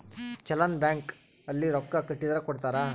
challan bank ಅಲ್ಲಿ ರೊಕ್ಕ ಕಟ್ಟಿದರ ಕೋಡ್ತಾರ